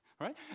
Right